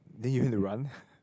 then you have to run ppo